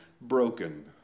broken